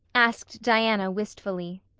asked diana wistfully.